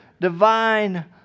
divine